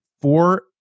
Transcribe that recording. four